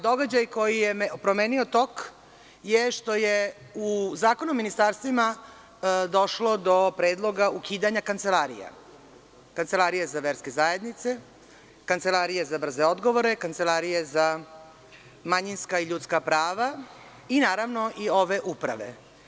Događaj koji je promenio tok je što je u Zakonu o ministarstvima došlo do predloga ukidanja kancelarija, Kancelarije za verske zajednice, Kancelarije za brze odgovore, Kancelarije za manjinska i ljudska prava i naravno ove uprave.